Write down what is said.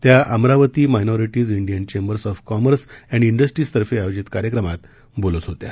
त्या Amravati minorities Indian chambers of commerce and इंडस्ट्रीजतर्फे आयोजित कार्यक्रमात बोलत होत्या